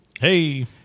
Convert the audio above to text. Hey